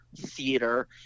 theater